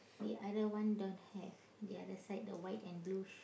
the other one don't have the other side the white and blue sh~